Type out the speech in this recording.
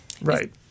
Right